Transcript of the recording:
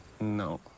No